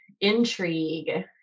Intrigue